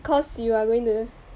cause you are going to